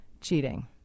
cheating